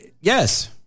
Yes